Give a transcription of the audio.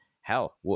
hell